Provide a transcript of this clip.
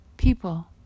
people